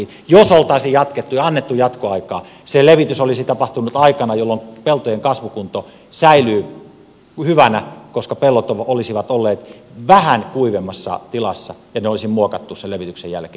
jos olisi jatkettu ja annettu jatkoaikaa se levitys olisi tapahtunut aikana jolloin peltojen kasvukunto säilyy hyvänä koska pellot olisivat olleet vähän kuivemmassa tilassa ja ne olisi muokattu sen levityksen jälkeen